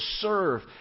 serve